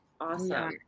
awesome